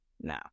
no